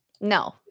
No